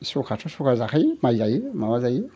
सखायाथ' जाखायो माइ जायो माबा जायो